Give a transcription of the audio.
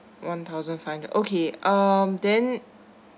one thousand five hundred okay um then